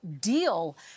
deal